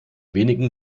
wenigen